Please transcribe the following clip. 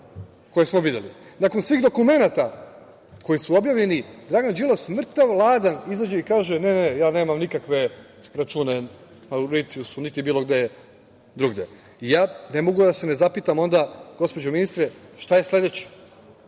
koje smo videli, nakon svih dokumenata koji su objavljeni Dragan Đilas mrtav, ladan izađe i kaže – ne, ne, ja nemam nikakve račune na Mauricijusu, niti bilo gde drugde. Ja ne mogu da se ne zapitam onda, gospođo ministre, šta je sledeće?